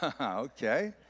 Okay